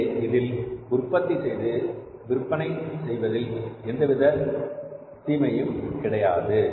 எனவே இதில் உற்பத்தி செய்து விற்பனை செய்வதில் எந்தவிதமான தீமையும் கிடையாது